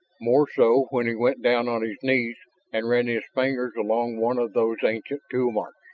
more so when he went down on his knees and ran his fingers along one of those ancient tool marks.